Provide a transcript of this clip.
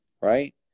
right